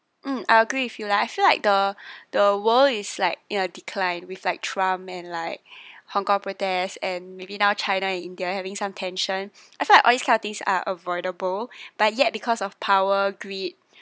mm I agree with you like I feel like the the world is like you know declined with like trump and like hong kong protests and maybe now china and india having some tension I feel like all these kind of things are avoidable but yet because of power greed